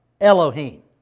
Elohim